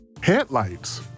Headlights